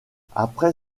après